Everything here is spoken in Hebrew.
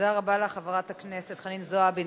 תודה רבה לך, חברת הכנסת חנין זועבי.